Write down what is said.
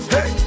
Hey